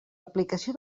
aplicació